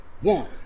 One